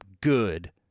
Good